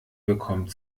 bekommt